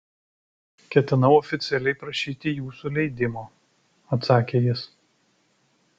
ketinau oficialiai prašyti jūsų leidimo atsakė jis